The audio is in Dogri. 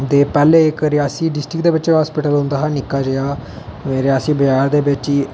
ते पैह्लें इक रियासी डिस्ट्रिक्ट दे बिच हास्पिटल होंदा हा निक्का जेहा रियासी बजार दे बिच